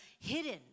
hidden